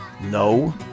No